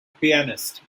pianist